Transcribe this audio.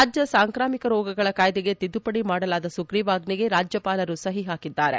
ರಾಜ್ಯ ಸಾಂಕ್ರಾಮಿಕ ರೋಗಗಳ ಕಾಯ್ದೆಗೆ ತಿದ್ದುಪಡಿ ಮಾಡಲಾದ ಸುಗ್ರೀವಾಜ್ಞೆಗೆ ರಾಜ್ಯಪಾಲರು ಸಹಿ ಹಾಕಿದ್ದಾರೆ